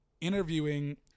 interviewing